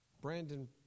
Brandon